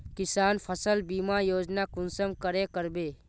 किसान फसल बीमा योजना कुंसम करे करबे?